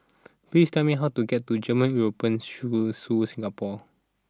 please tell me how to get to German European School Su Singapore